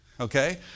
Okay